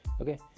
okay